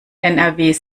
nrw